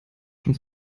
schon